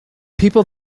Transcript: people